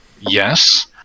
Yes